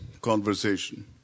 conversation